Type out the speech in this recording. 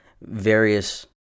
various